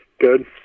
Good